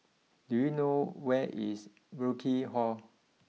do you know where is Burkill Hall